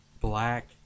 black